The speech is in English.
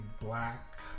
black